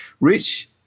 Rich